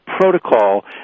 protocol